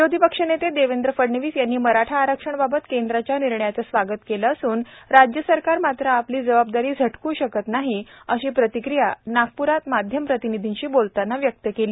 विरोधी पक्ष नेते देवेंद्र फडणवीस यांनी मराठा अरक्षणाबाबत केंद्राच्या निर्णायाचं स्वागत केलं असून राज्य सरकार मात्र आपली जबाबदारी झटक् शकत अशी प्रतिक्रिया नागप्रात माध्यम प्रतिनिधींशी बोलताना व्यक्त केली